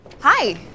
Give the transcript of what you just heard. Hi